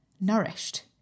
nourished